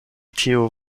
tiu